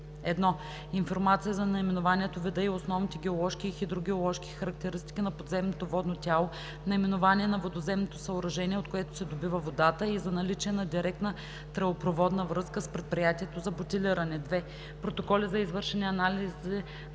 с: 1. информация за наименованието, вида и основните геоложки и хидрогеоложки характеристики на подземното водно тяло, наименование на водовземното съоръжение, от което се добива водата, и за наличие на „директна тръбопроводна връзка“ с предприятието за бутилиране; 2. протоколи от извършени анализи